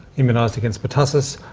immunised against pertussis.